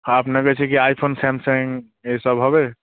আপনা কাছে কি আইফোন স্যামসং এইসব হবে